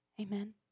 Amen